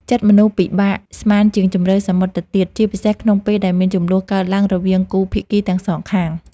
ចិត្តមនុស្សពិបាកស្មានជាងជម្រៅសមុទ្រទៅទៀត ជាពិសេសក្នុងពេលដែលមានជម្លោះកើតឡើងរវាងគូភាគីទាំងសងខាង។